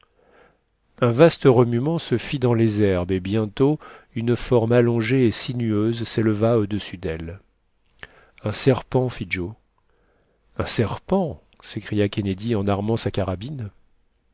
un vaste remuement se fit dans les herbes et bientôt une forme allongée et sinueuse séleva au-dessus d'elles un serpent fit joe un serpent s'écria kennedy en armant sa carabine